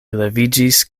leviĝis